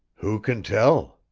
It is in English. who can tell?